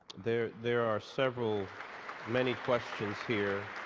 there there are several many questions here.